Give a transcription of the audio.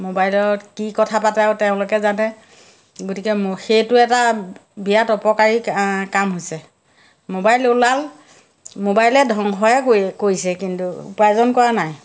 মোবাইলত কি কথা পাতে আৰু তেওঁলোকে জানে গতিকে সেইটো এটা বিৰাট অপকাৰী কাম হৈছে মোবাইল ওলাল মোবাইলে ধ্বংসহে কৰি কৰিছে কিন্তু উপাৰ্জন কৰা নাই